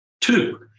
two